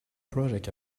project